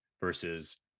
versus